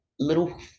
Little